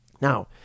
Now